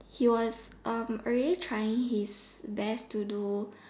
he was um already trying his best to do